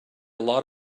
lot